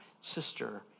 sister